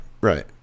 right